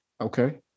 Okay